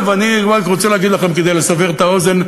אני רק רוצה להגיד לכם, כדי לסבר את האוזן: